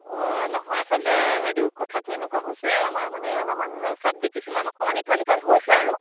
অঁ নহয় আচলতে বাইদেউ কথাটো এনেকুৱা হৈছে আমাৰ মানে অলপমান চাব্জেক্ট কিছুমান অকণমান ইফাল সিফাল হৈছে আৰু